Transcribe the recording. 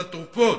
על התרופות,